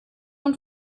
und